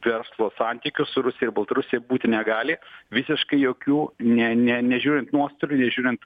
verslo santykių su rusija ir baltarusija būti negali visiškai jokių ne ne nežiūrint nuostolių nežiūrint